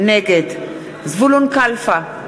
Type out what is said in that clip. נגד זבולון קלפה,